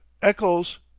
eccles!